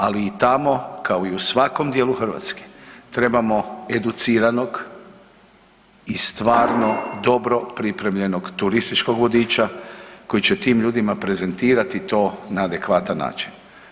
Ali i tamo kao i u svakom dijelu Hrvatske trebamo educiranog i stvarno dobro pripremljenog turističkog vodiča koji će tim ljudima prezentirati to na adekvatan način.